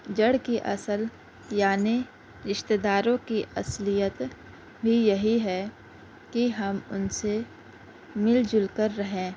جڑ کی اصل یعنی رشتہ داروں کی اصلیت بھی یہی ہے کہ ہم ان سے مل جل کر رہیں